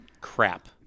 crap